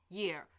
year